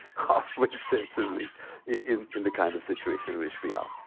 halfway sensibly in in the kind of situation in which we are.